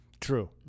True